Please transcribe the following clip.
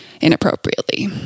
inappropriately